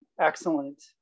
excellent